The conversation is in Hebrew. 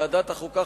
ועדת החוקה,